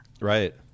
Right